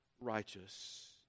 righteous